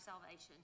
salvation